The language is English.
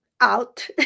out